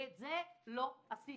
ואת זה לא עשיתם.